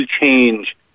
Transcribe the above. change